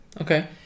okay